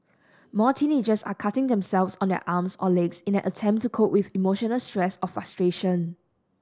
more teenagers are cutting themselves on their arms or legs in an attempt to cope with emotional stress or frustration